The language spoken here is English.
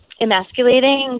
emasculating